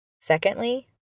Secondly